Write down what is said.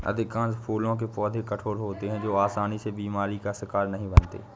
अधिकांश फूलों के पौधे कठोर होते हैं जो आसानी से बीमारी का शिकार नहीं बनते